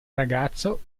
ragazzo